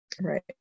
Right